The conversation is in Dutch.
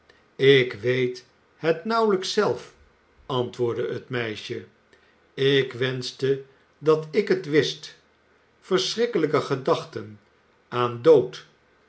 ik weet het nauwelijks zelf antwoordde het meisje ik wenschte dat ik het wist verschrikkelijke gedachten aan dood